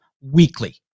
weekly